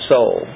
Soul